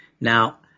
Now